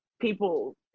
people